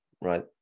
right